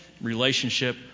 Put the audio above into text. relationship